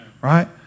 Right